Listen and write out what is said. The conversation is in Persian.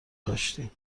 کاشتیم